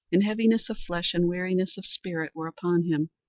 and heaviness of flesh and weariness of spirit were upon him.